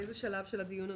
באיזה שלב של הדיון אנחנו?